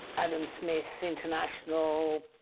adam smith international,